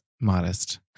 Modest